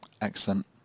Excellent